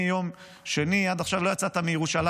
מיום שני עד עכשיו לא יצאת מירושלים.